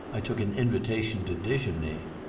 i took an invitation to dejeuner.